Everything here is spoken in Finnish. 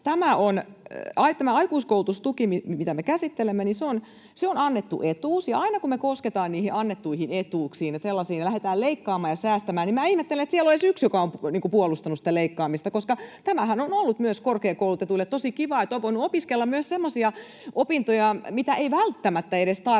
tämä aikuiskoulutustuki, mitä me käsittelemme, on annettu etuus. Ja aina, kun me kosketaan niihin annettuihin etuuksiin ja lähdetään leikkaamaan ja säästämään, minä ihmettelen, että siellä on edes yksi, joka on puolustanut sitä leikkaamista, koska tämähän on ollut myös korkeakoulutetuille tosi kiva, että on voinut opiskella myös semmoisia opintoja, mitä ei välttämättä edes tarvitse.